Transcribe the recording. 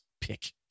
pick